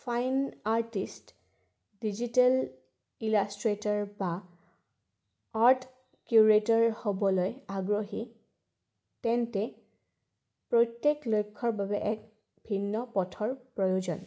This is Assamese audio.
ফাইন আৰ্টিষ্ট ডিজিটেল ইলাষ্ট্ৰেটাৰ বা আৰ্ট কিউৰেটাৰ হ'বলৈ আগ্ৰহী তেন্তে প্ৰত্যেক লক্ষ্যৰ বাবে এক ভিন্ন পথৰ প্ৰয়োজন